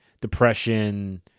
depression